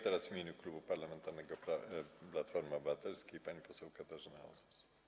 Teraz w imieniu klubu parlamentarnego Platforma Obywatelska pani poseł Katarzyna Osos.